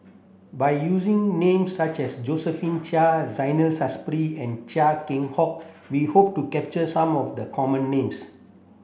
by using names such as Josephine Chia Zainal Sapari and Chia Keng Hock we hope to capture some of the common names